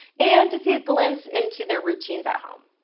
and to see a glimpse into their routines at home.